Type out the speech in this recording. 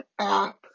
app